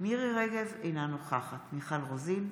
מירי מרים רגב, אינה נוכחת מיכל רוזין,